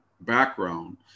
background